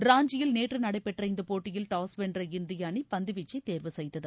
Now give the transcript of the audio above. ராஞ்சியில் நேற்று நடைபெற்ற இந்த போட்டியில் டாஸ் வென்ற இந்திய அணி பந்துவீச்சை தேர்வு செய்தது